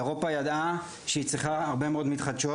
אירופה ידעה שהיא צריכה הרבה מאוד מתחדשות